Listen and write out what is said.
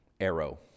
arrow